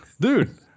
Dude